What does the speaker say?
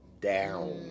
down